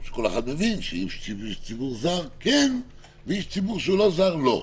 שכל אחד מבין שאיש ציבור זר כן ואיש ציבור שאינו זר לא.